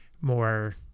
more